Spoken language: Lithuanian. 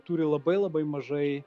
turi labai labai mažai